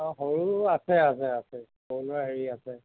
অ' সৰু আছে আছে আছে সৰু ল'ৰা হেৰি আছে